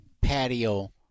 patio